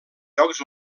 jocs